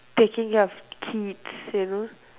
taking care of kids you know